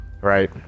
right